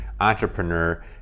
entrepreneur